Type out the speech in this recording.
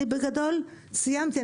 אני בגדול סיימתי.